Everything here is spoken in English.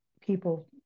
people